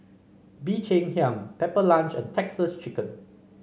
Bee Cheng Hiang Pepper Lunch and Texas Chicken